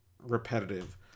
Repetitive